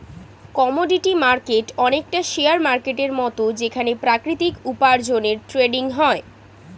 commodity market অনেকটা share মার্কেটের মত যেখানে প্রাকৃতিক উপার্জনের ট্রেডিং হয়